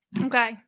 Okay